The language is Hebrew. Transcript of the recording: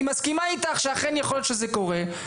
היא מסכימה איתך שאכן יכול להיות שזה קורה,